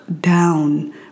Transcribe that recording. down